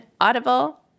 Audible